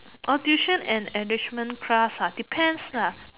orh tuition and enrichment class ah depends lah